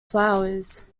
flowers